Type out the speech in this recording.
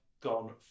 Gone